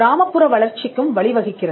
கிராமப்புற வளர்ச்சிக்கும் வழி வகுக்கிறது